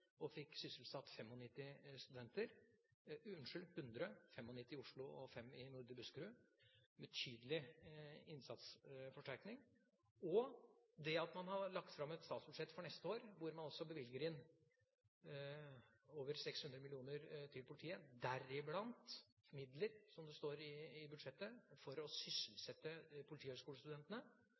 og fikk sysselsatt 100 studenter – 95 i Oslo og fem i nordre Buskerud – en betydelig innsatsforsterkning, og det andre er at man har lagt fram et statsbudsjett for neste år hvor man altså bevilger inn over 600 mill. kr til politiet, deriblant midler, som det står i budsjettet, for å sysselsette